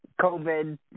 COVID